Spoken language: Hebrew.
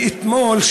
מאתמול,